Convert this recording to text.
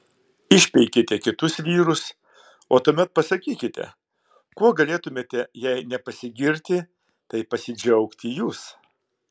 išpeikėte kitus vyrus o tuomet pasakykite kuo galėtumėte jei ne pasigirti tai pasidžiaugti jūs